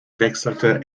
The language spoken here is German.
wechselte